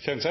Denne